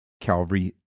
Calvary